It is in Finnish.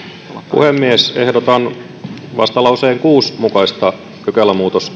puhemies ehdotan vastalauseen kuusi mukaista pykälämuutos